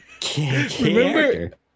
character